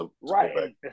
Right